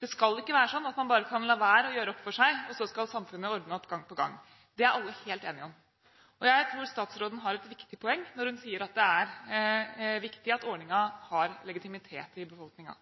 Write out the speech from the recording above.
Det skal ikke være slik at man bare kan la være å gjøre opp for seg, og så skal samfunnet ordne opp gang på gang. Det er vi alle helt enige om. Jeg tror statsråden har et viktig poeng når hun sier at det er viktig at ordningen har legitimitet i befolkningen.